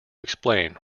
explain